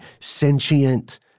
sentient